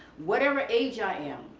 whatever age i am,